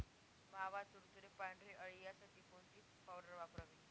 मावा, तुडतुडे, पांढरी अळी यासाठी कोणती पावडर वापरावी?